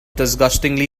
disgustingly